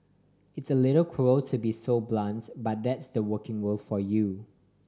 it's a little cruel to be so blunts but that's the working world for you